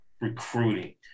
recruiting